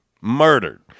Murdered